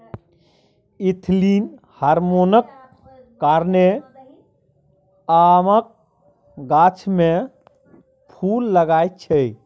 ethylene हार्मोनक कारणेँ आमक गाछ मे फुल लागय छै